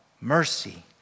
mercy